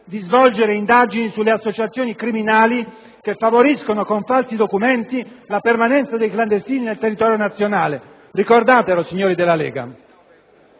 di svolgere indagini sulle associazioni criminali che favoriscono, con falsi documenti, la permanenza dei clandestini nel nostro territorio nazionale. Ricordatelo, signori della Lega!